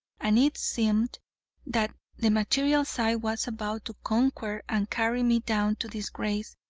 and it seemed that the material side was about to conquer and carry me down to disgrace,